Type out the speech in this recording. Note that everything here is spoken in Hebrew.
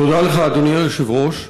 תודה לך, אדוני היושב-ראש.